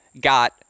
got